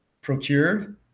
procured